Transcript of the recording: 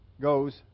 goes